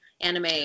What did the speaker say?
anime